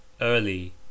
Early